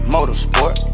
Motorsport